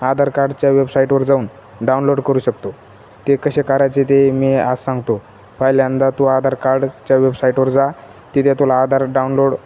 आधार कार्डच्या वेबसाईटवर जाऊन डाउनलोड करू शकतो ते कसे करायचे ते मी आज सांगतो पहिल्यांदा तू आधार कार्डच्या वेबसाईटवर जा तथे तुला आधार डाउनलोड